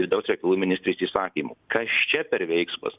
vidaus reikalų ministrės įsakymu kas čia per veiksmas